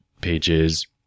pages